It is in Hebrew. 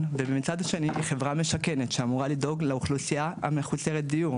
ומצד שני היא חברה משכנת שאמורה לדאוג לאוכלוסייה המחוסרת דיור,